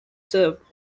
served